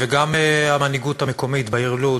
וגם המנהיגות המקומית בעיר לוד,